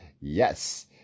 yes